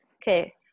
Okay